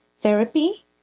therapy